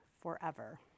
forever